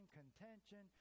contention